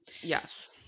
yes